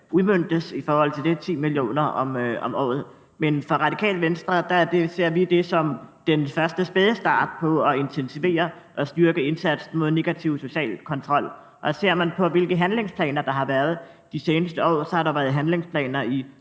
udmøntes i forhold til det, nemlig 10 mio. kr. om året. Men i Radikale Venstre ser vi det som den første spæde start på at intensivere og styrke indsatsen mod negativ social kontrol. Og ser man på, hvilke handlingsplaner der har været de seneste år, kan vi se, at der har været handlingsplaner i